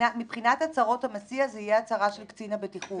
מבחינת הצהרות המסיע זו תהיה הצהרה של קצין הבטיחות.